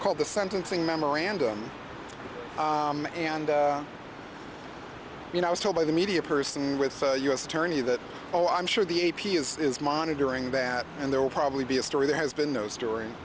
called the sentencing memorandum and you know i was told by the media person with u s attorney that oh i'm sure the a p is monitoring that and there will probably be a story there has been no story